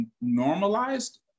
normalized